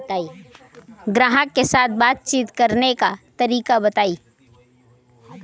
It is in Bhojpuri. ग्राहक के साथ बातचीत करने का तरीका बताई?